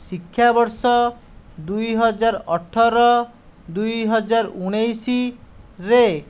ଶିକ୍ଷାବର୍ଷ ଦୁଇ ହଜାର ଅଠର ଦୁଇ ହଜାର ଉଣେଇଶରେ